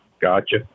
Gotcha